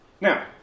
Now